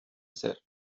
ser